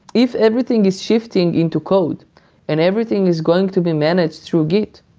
if everything is shifting into code and everything is going to be managed through git,